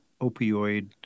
opioid